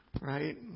Right